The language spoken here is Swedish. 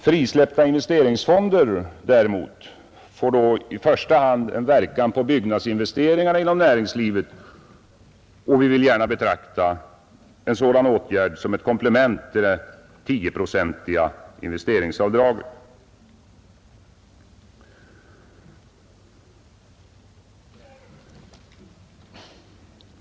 Frisläppta investeringsfondmedel får däremot först och främst inverkan på byggnadsinvesteringarna inom näringslivet, och vi vill gärna betrakta en sådan åtgärd som ett komplement till det 10-procentiga investeringsavdraget.